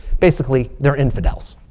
basically, they're infidels.